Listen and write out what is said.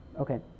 Okay